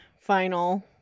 final